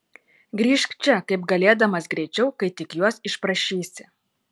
grįžk čia kaip galėdamas greičiau kai tik juos išprašysi